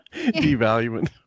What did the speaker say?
devaluing